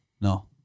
No